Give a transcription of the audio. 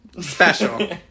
Special